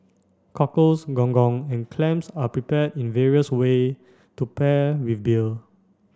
cockles gong gong and clams are prepared in various way to pair with beer